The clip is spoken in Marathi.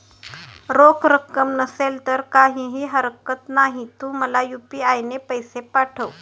रोख रक्कम नसेल तर काहीही हरकत नाही, तू मला यू.पी.आय ने पैसे पाठव